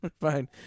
fine